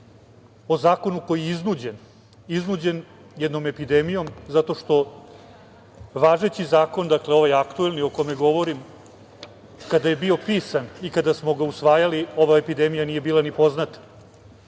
o zakonu koji je iznuđen jednom epidemijom zato što važeći zakon, dakle, ovaj aktuelni o kome govorim, kada je bio pisan i kada smo ga usvajali, ova epidemija nije bila ni poznata.Međutim,